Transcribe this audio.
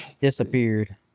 disappeared